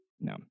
No